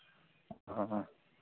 ओ